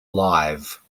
live